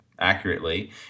accurately